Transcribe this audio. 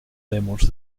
lèmurs